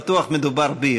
בטוח מדובר בי,